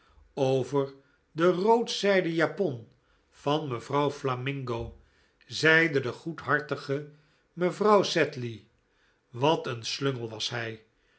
over de roodzijden japon van mevrouw flamingo zeide de goedhartige mevrouw sedley wat een slungel was hij